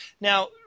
Now –